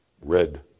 red